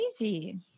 easy